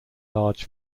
large